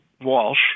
walsh